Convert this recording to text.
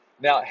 Now